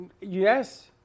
Yes